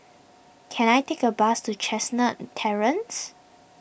can I take a bus to Chestnut Terrace